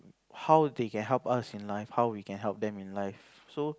how they can help us in life how we can help them in life so